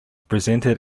presented